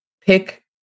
pick